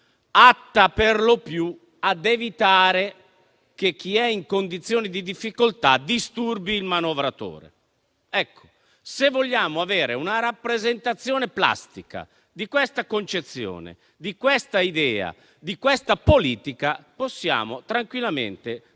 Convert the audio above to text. atta perlopiù ad evitare che chi è in condizioni di difficoltà disturbi il manovratore. Ecco, se vogliamo avere una rappresentazione plastica di questa concezione, di questa idea, di questa politica, possiamo tranquillamente prendere